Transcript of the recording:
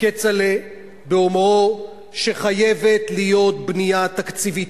כצל'ה באומרו שחייבת להיות בנייה תקציבית,